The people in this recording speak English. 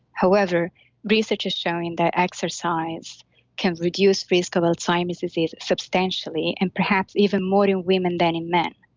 however research has shown that exercise can reduce risk of alzheimer's disease substantially and perhaps even more in women than in men,